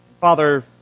Father